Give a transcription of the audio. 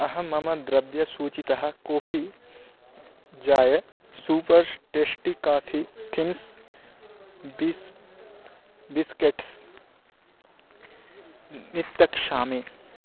अहं मम द्रव्यसूचितः कोफ़ी जाय सूपर् श्टेश्टि काफ़ि थिन्स् बिस् बिस्केट्स् तित्यक्षामि